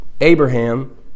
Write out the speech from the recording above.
Abraham